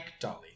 Dolly